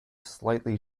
slightly